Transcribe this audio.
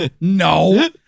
No